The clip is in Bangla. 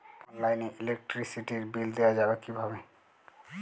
অনলাইনে ইলেকট্রিসিটির বিল দেওয়া যাবে কিভাবে?